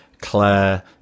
Claire